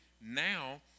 Now